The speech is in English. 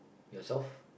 yourself